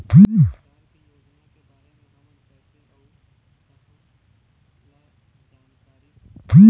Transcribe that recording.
सरकार के योजना के बारे म हमन कैसे अऊ कहां ल जानकारी सकथन?